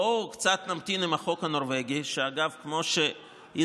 בואו נמתין עם החוק הנורבגי, שאגב, כמו שהזהרתי,